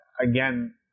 again